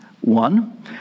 One